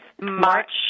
March